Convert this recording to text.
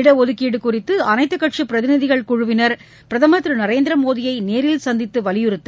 இடஒதுக்கீடு குறித்து அனைத்துக் கட்சி பிரதிநிதிகள் குழுவினர் பிரதமர் திரு நரேந்திர மோடியை நேரில் சந்தித்து வலியுறுத்த